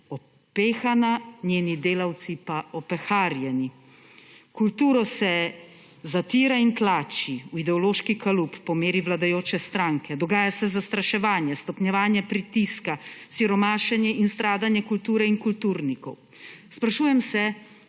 upehana, njeni delavci pa opeharjeni. Kulturo se zatira in tlači v ideološki kalup po meri vladajoče stranke. Dogaja se zastraševanje, stopnjevanje pritiska, siromašenje in stradanje kulture in kulturnikov. Sprašujem se,